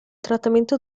trattamento